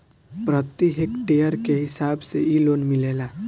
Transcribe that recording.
प्रति हेक्टेयर के हिसाब से इ लोन मिलेला